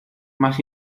más